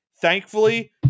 thankfully